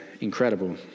incredible